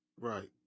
Right